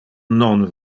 non